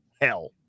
hell